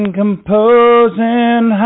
composing